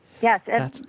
yes